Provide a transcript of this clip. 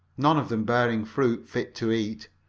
none of them bearing fruit fit to eat.